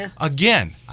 Again